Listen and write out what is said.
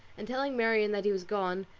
and telling marianne that he was gone,